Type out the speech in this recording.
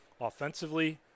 offensively